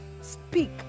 Speak